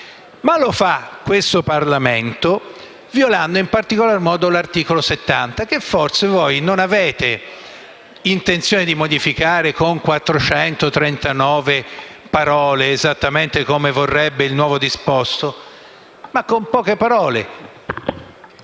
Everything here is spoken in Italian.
a questo Parlamento viola in particolar modo l'articolo 70 della Costituzione, che forse voi non avete intenzione di modificare con 439 parole, esattamente come vorrebbe il nuovo disposto, ma con poche parole: